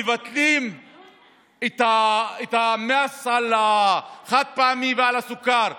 מבטלים מהסל החד-פעמי והסוכר.